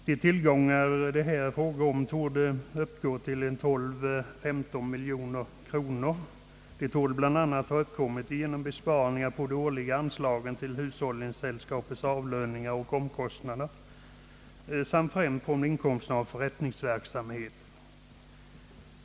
De tillgångar som det är fråga om torde uppgå till mellan 12 och 15 miljoner kronor, och de torde bl.a. ha uppkommit genom besparingar på de årliga anslagen till hushållningssällskapen på t.ex. omkostnader samt genom inkomster från förrättningsverksamheten.